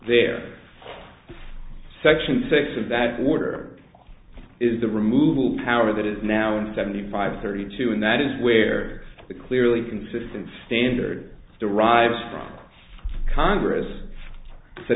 there section six of that order is the removal power that is now seventy five thirty two and that is where it clearly consistent standard derives from congress set